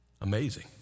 Amazing